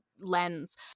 lens